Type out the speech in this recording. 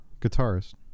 guitarist